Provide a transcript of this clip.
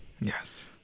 Yes